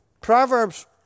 Proverbs